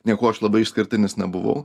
niekuo aš labai išskirtinis nebuvau